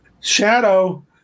Shadow